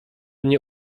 nie